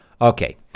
Okay